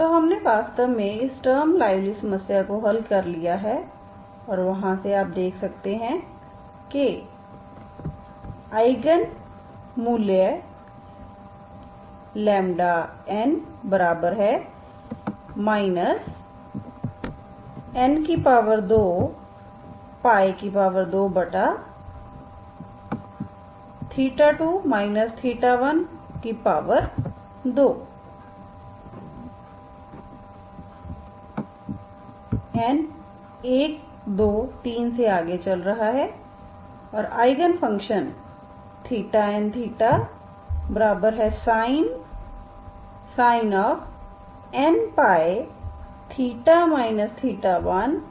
तो हमने वास्तव में इस स्टर्म लुइविल समस्या को हल कर लिया है और वहां से आप देख सकते हैं कि आईगन मूल्य n n222 12 n 1 2 3से आगे चल रहा है और आईगन फ़ंक्शन ϴnsin nπθ 12 1 हैं